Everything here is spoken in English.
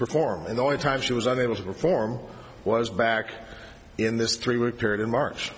perform and the only time she was unable to perform was back in this three week period in march